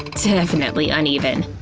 definitely uneven.